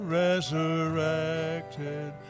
resurrected